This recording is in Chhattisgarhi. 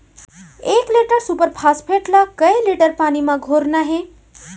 एक लीटर सुपर फास्फेट ला कए लीटर पानी मा घोरना हे?